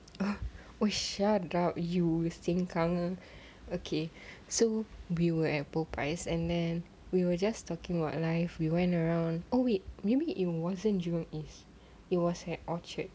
oh shut down you sengkang ah okay so we were at popeye's and then we were just talking about life we went around oh wait maybe it wasn't in jurong east it was at orchard